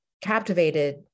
captivated